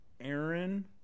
Aaron